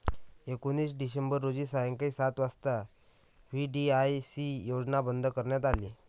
एकोणीस डिसेंबर रोजी सायंकाळी सात वाजता व्ही.डी.आय.सी योजना बंद करण्यात आली